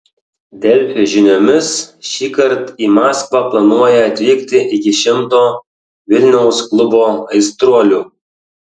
delfi žiniomis šįkart į maskvą planuoja atvykti iki šimto vilniaus klubo aistruolių